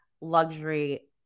luxury